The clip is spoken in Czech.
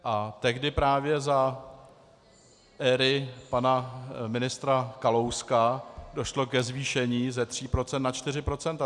A tehdy právě za éry pana ministra Kalouska došlo ke zvýšení ze 3 % na 4 %.